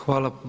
Hvala.